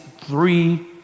three